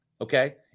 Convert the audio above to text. okay